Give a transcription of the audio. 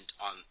on